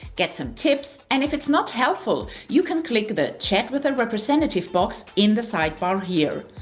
get some tips, and if it's not helpful, you can click the chat with a representative box in the sidebar here.